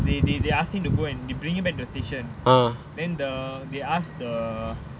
they they they ask him to go and they bring him back to the station then they ask the